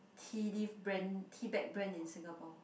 tea leave brand tea bag brand in Singapore